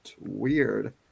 weird